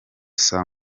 saa